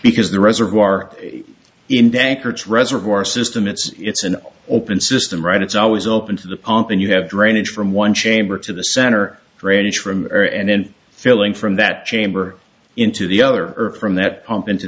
because the reservoir in dankers reservoir system it's an open system right it's always open to the pump and you have drainage from one chamber to the center drainage from air and then filling from that chamber into the other earth from that pump into